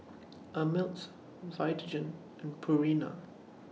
Ameltz Vitagen and Purina